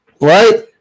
right